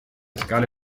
scale